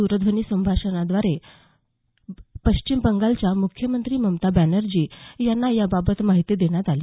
द्रध्वनी संभाषणा दरम्यान पश्चिम बंगालच्या म्ख्यमंत्री ममता बॅनर्जी यांना याबाबत माहिती देण्यात आली